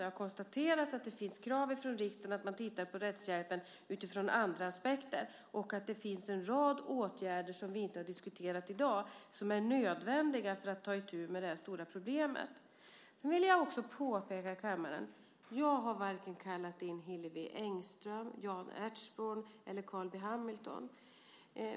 Jag har konstaterat att det finns krav från riksdagen på att man ser över rättshjälpen utifrån andra aspekter och att det finns en rad åtgärder som vi inte har diskuterat i dag som är nödvändiga för att ta itu med problemet. Jag vill också påpeka för kammaren att jag inte har kallat in vare sig Hillevi Engström, Jan Ertsborn eller Carl B Hamilton.